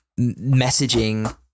messaging